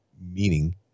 meaning